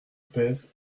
pèse